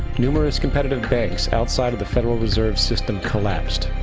numerous competitive banks outside of the federal reserve system collapsed.